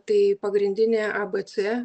tai pagrindinė a b c